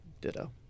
Ditto